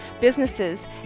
businesses